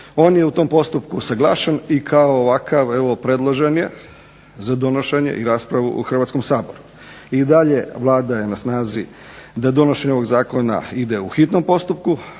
On je u tom postupku usaglašen i kao ovakav predložen je za donošenje i raspravu u Hrvatskom saboru. I dalje vlada je na snazi da donošenje ovog Zakona ide u hitnom postupku